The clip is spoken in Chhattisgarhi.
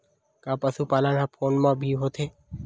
का पशुपालन ह फोन म भी होथे?